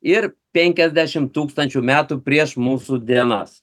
ir penkiasdešimt tūkstančių metų prieš mūsų dienas